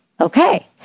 okay